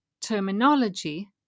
terminology